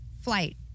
flight